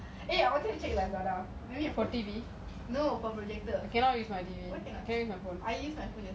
ya eh I wanted to check lazada